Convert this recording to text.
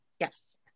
Yes